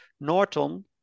Norton